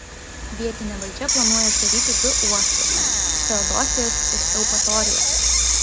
vietinė valdžia planuoja uždaryti du uostus feodosijos ir eupatorijos